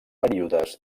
períodes